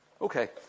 Okay